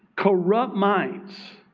corrupt minds,